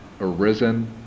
arisen